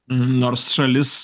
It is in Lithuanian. nors šalis